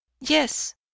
yes